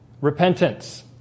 repentance